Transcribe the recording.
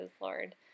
Lord